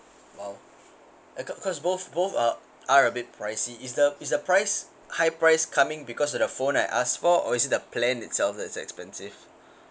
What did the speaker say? !wow! uh cause both both are are a bit pricey is the is the price high price coming because of the phone I asked for or is it the plan itself is expensive